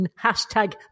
Hashtag